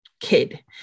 kid